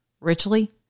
richly